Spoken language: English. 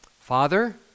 Father